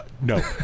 No